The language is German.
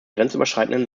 grenzüberschreitenden